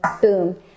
boom